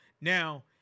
now